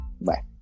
Bye